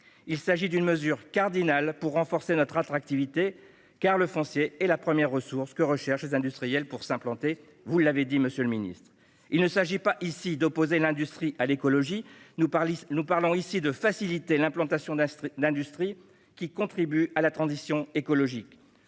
Il s'agit d'une mesure cardinale pour renforcer notre attractivité, car le foncier est la première ressource que recherchent les industriels pour s'implanter, vous l'avez dit monsieur le ministre. Il ne s'agit pas ici d'opposer l'industrie à l'écologie ! Nous parlons ici de faciliter l'implantation d'industries qui contribuent à la transition écologique.